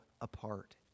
apart